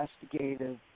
Investigative